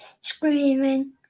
screaming